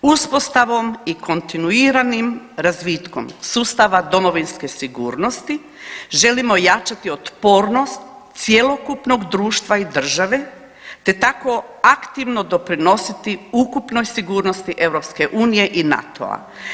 Uspostavom i kontinuiranim razvitkom sustava domovinske sigurnosti želimo jačati otpornost cjelokupnog društva i države te tako aktivno doprinositi ukupnoj sigurnosti EU i NATO-a.